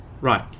Right